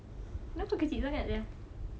look at